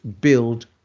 build